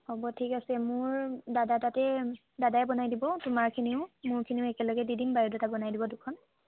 হ'ব ঠিক আছে মোৰ দাদা তাতে দাদাই বনাই দিব তোমাৰখিনিও মোৰখিনিও একেলগে দি দিম বায়'ডাটা বনাই দিব দুখন